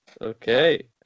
Okay